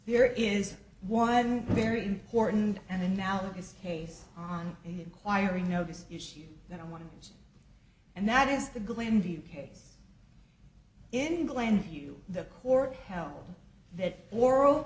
there is one very important and analogous case on an inquiry notice issue that i want to and that is the glenview case in glenview the court held that oral